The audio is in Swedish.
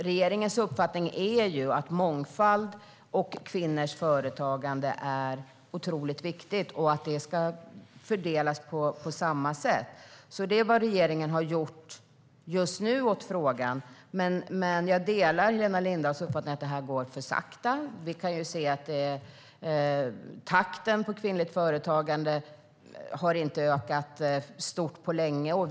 Regeringens uppfattning är att mångfald och kvinnors företagande är otroligt viktigt och att det ska fördelas på samma sätt. Det är vad regeringen har gjort åt frågan just nu. Men jag delar Helena Lindahls uppfattning att det går för sakta. Vi kan se att takten på kvinnligt företagande inte har ökat stort på länge.